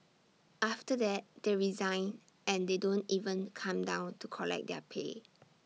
after that they resign and they don't even come down to collect their pay